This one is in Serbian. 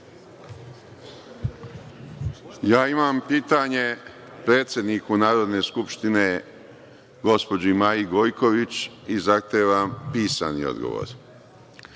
Ja imam pitanje za predsednika Narodne skupštine, gospođu Maju Gojković i zahtevam pisani odgovor.Zašto